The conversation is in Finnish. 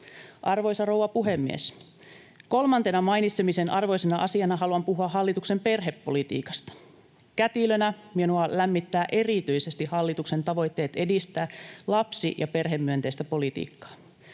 Arvoisa rouva puhemies! Kolmantena mainitsemisen arvoisena asiana haluan puhua hallituksen perhepolitiikasta. Kätilönä minua lämmittävät erityisesti hallituksen tavoitteet edistää lapsi- ja perhemyönteistä politiikkaa.